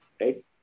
right